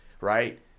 right